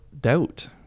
doubt